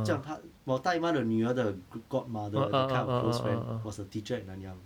怎样她我大姨妈的女儿的 g~ godmother the kind of close friend was a teacher at 南洋